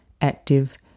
active